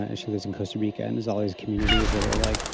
ah she lives in costa rica, and has all these communities that are like,